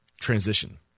transition